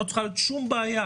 לא צריכה להיות שום בעיה.